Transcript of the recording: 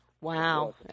Wow